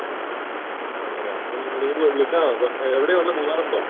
ആ ആ അപ്പം അങ്ങനെയാണ് അപ്പം നീ വിളിച്ചാൽ മതി എവിടെയാണ് ഉള്ളത് മൂന്നാറുണ്ടോ